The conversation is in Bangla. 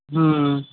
হুম